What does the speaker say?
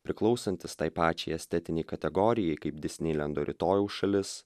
priklausantis tai pačiai estetinei kategorijai kaip disneilendo rytojaus šalis